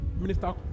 Minister